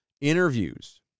interviews